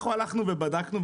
אנחנו הלכנו ובדקנו,